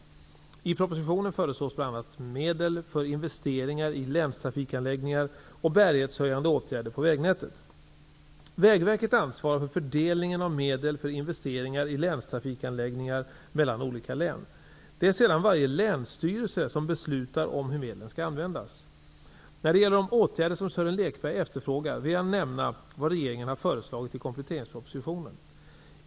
I propositionen föreslås bl.a. medel för investeringar i länstrafikanläggningar och bärighetshöjande åtgärder på vägnätet. Vägverket ansvarar för fördelningen av medel för investeringar i länstrafikanläggningar mellan olika län. Det är sedan varje länsstyrelse som beslutar om hur medlen skall användas. När det gäller de åtgärder som Sören Lekberg efterfrågar vill jag nämna vad regeringen har föreslagit i kompletteringspropositionen.